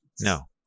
No